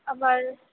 আমার